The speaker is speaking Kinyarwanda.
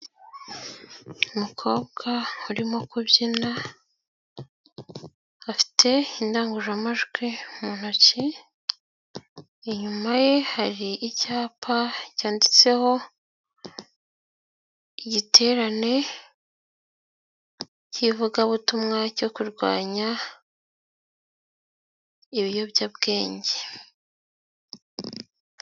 Umukobwa urimo kubyina afite indangururamajwi mu ntoki, inyuma ye hari icyapa cyanditseho igiterane cy'ivugabutumwa cyo kurwanya ibiyobyabwenge.